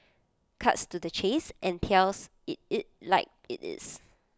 cuts to the chase and tells IT it like IT is